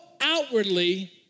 outwardly